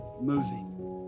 moving